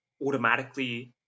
automatically